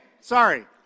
sorry